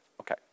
Okay